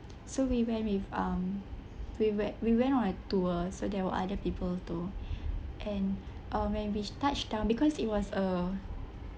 so we went with um we went we went on a tour so there were other people too and uh when we reach touch down because it was a